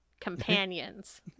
companions